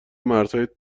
مرزهای